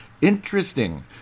interesting